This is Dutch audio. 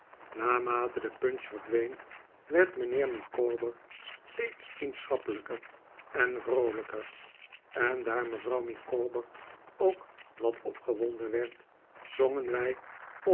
naarmate de punch verdween werd mijnheer micawber steeds vriendschappelijker en vroolijker en daar mevrouw micawber ook wat opgewonden werd zongen wij